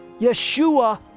Yeshua